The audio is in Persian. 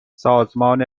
سازمان